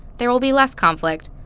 there will be less conflict.